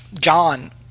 John